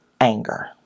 anger